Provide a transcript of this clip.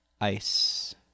Ice